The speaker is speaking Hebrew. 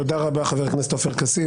תודה רבה חבר הכנסת עופר כסיף.